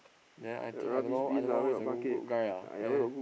then I think I don't know I don't know who's the goo~ good guy ah